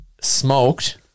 smoked